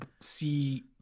see